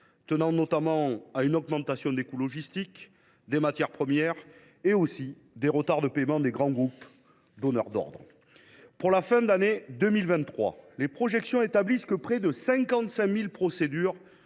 à l’origine d’une augmentation des coûts logistiques, des coûts des matières premières et des retards de paiement de grands groupes donneurs d’ordres. Pour la fin de l’année 2023, les projections établissent que près de 55 000 procédures